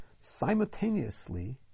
simultaneously